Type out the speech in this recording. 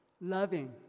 loving